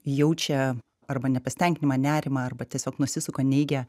jaučia arba nepasitenkinimą nerimą arba tiesiog nusisuka neigia